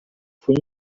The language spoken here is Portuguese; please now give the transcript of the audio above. foi